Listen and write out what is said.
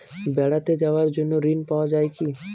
বেড়াতে যাওয়ার জন্য ঋণ পাওয়া যায় কি?